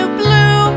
blue